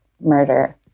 murder